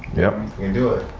yep. do it.